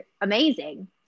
amazing